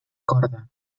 corda